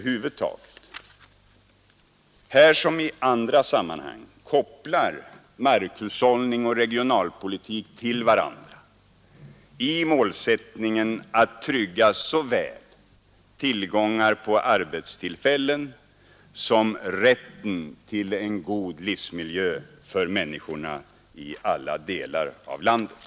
Här som i andra sammanhang kopplar markhushållning och regionalpolitik till varandra, i målsättningen att trygga såväl tillgång på arbetskraft som rätten till en god livsmiljö för människorna i alla delar av landet.